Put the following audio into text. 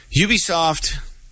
Ubisoft